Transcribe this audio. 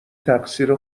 تقصیر